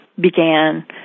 began